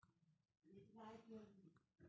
उन्नीस सौ पैंतीस के आर.बी.आई के स्थापना कइल गेलय